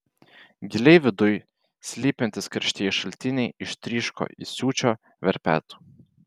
giliai viduj slypintys karštieji šaltiniai ištryško įsiūčio verpetu